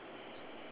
okay